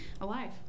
alive